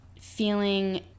feeling